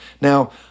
Now